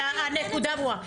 הנקודה ברורה,